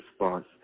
response